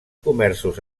comerços